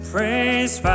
Praise